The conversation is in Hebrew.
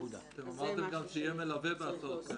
אתם אמרתם גם שיהיה מלווה בהסעות האלה.